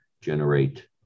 generate